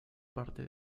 parte